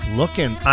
looking